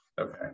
Okay